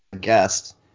guest